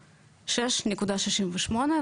6.68,